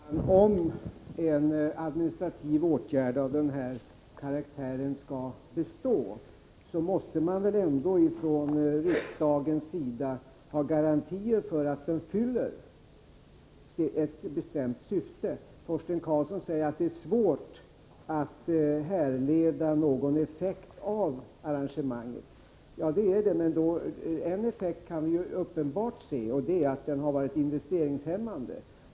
Herr talman! Om en administrativ åtgärd av den här karaktären skall bestå, måste väl ändå riksdagen ha garantier för att den fyller ett bestämt syfte. Torsten Karlsson säger att det är svårt att härleda någon effekt av arrangemanget. Ja, det är det. Men vi kan se en uppenbar effekt, nämligen att åtgärden har varit investeringshämmande.